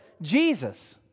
Jesus